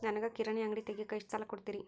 ನನಗ ಕಿರಾಣಿ ಅಂಗಡಿ ತಗಿಯಾಕ್ ಎಷ್ಟ ಸಾಲ ಕೊಡ್ತೇರಿ?